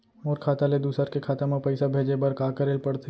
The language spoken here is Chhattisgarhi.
मोर खाता ले दूसर के खाता म पइसा भेजे बर का करेल पढ़थे?